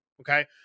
Okay